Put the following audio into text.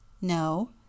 No